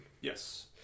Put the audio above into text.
Yes